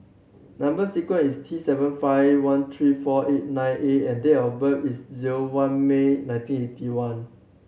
number sequence is T seven five one three four eight nine A and date of birth is zero one May nineteen eighty one